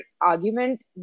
argument